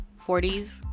40s